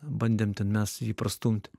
bandėm ten mes jį prastumt